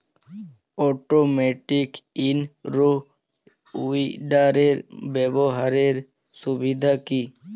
Automatic in row উইডারের ব্যবহারের সুবিধা কি?